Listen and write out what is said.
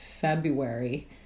February